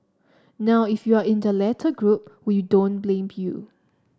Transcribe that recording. now if you're in the latter group we don't blame you